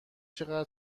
چقدر